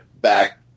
back